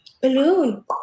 Balloon